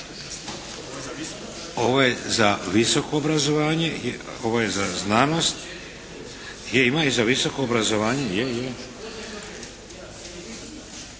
Ovo je za visoko obrazovanje, ovo je za znanost. Je ima i za visoko obrazovanje.